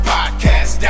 Podcast